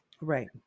Right